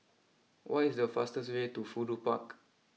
what is the fastest way to Fudu Park